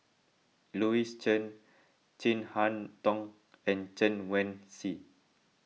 Louis Chen Chin Harn Tong and Chen Wen Hsi